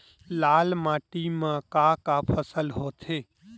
लाल माटी म का का फसल होथे?